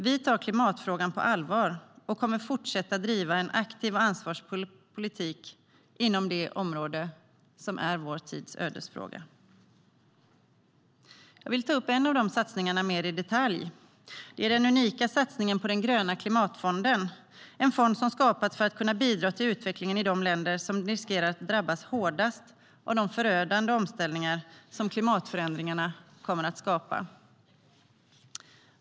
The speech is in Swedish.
Vi tar klimatfrågan på allvar och kommer att fortsätta att driva en aktiv och ansvarsfull politik inom det område som är vår tids ödesfråga. Jag vill ta upp en av satsningarna mer i detalj, nämligen den unika satsningen på den gröna klimatfonden. Det är en fond som skapats för att kunna bidra till utvecklingen i de länder som riskerar att drabbas hårdast av de förödande omställningar klimatförändringarna kommer att skapa.